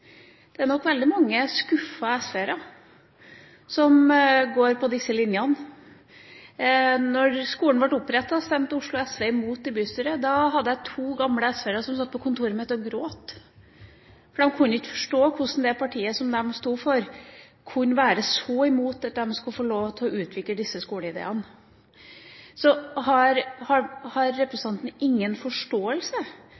Det er nok veldig mange skuffede SV-ere som går på disse linjene. Da skolen ble opprettet, stemte Oslo SV imot i bystyret. Da hadde jeg to gamle SV-ere som satt på kontoret mitt og gråt, for de kunne ikke forstå hvorfor det partiet med det de sto for, kunne være så imot at de skulle få lov til å utvikle disse skoleideene. Har